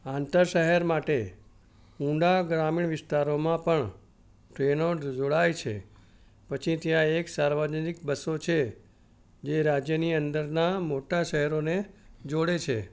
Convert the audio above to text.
આંતર શહેર માટે ઊંડા ગ્રામીણ વિસ્તારોમાં પણ ટ્રેનો જ જોડાય છે પછી ત્યાં એક સાર્વજનિક બસો છે જે રાજ્યની અંદરના મોટાં શહેરોને જોડે છે